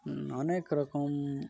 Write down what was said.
ଅନେକ ରକମ୍